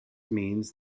means